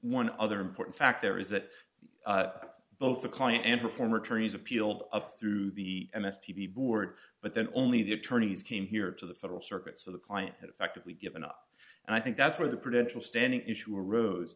one other important fact there is that both the client and her former attorneys appealed up through the m s p board but then only the attorneys came here to the federal circuit so the client had effectively given up and i think that's where the potential standing issue arose